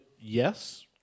yes